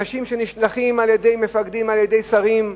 אנשים שנשלחים על-ידי מפקדים, על-ידי שרים,